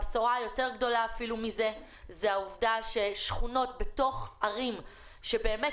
הבשורה היותר גדולה היא העובדה ששכונות בתוך ערים שבאמת